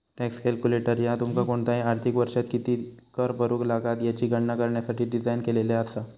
tax calculator ह्या तुमका कोणताही आर्थिक वर्षात किती कर भरुक लागात याची गणना करण्यासाठी डिझाइन केलेला असा